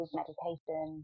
meditation